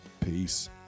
Peace